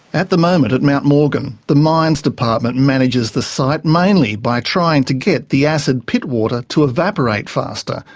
at the moment at mount morgan, the mines department manages the site mainly by trying to get the acid pit water to evaporate faster,